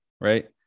right